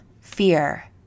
fear